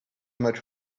much